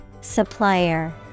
Supplier